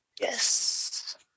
Yes